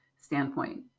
standpoint